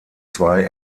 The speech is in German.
zwei